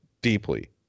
deeply